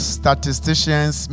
statisticians